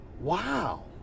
wow